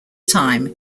time